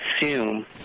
assume